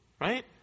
right